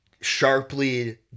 sharply